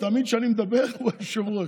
תמיד כשאני מדבר הוא היושב-ראש.